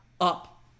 up